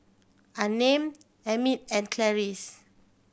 Unnamed Emmitt and Clarice